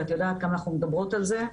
ואת יודעת כמה אנחנו מדברות על זה.